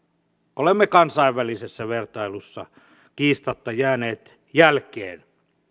olemme kansainvälisessä vertailussa kiistatta jääneet jälkeen